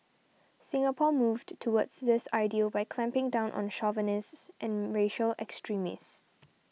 Singapore moved towards this ideal by clamping down on chauvinists and racial extremists